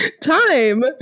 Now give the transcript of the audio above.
time